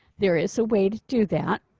there is a way to do that.